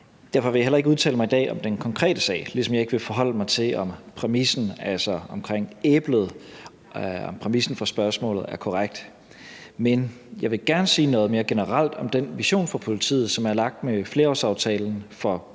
Derfor vil jeg ikke udtale mig i dag om den konkrete sag, ligesom jeg heller ikke vil forholde mig til, om præmissen for spørgsmålet, altså omkring fodringen med æblet, er korrekt. Men jeg vil gerne sige noget mere generelt om den vision for politiet, som er lagt med flerårsaftalen for politiet